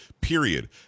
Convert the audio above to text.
period